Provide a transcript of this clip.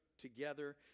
together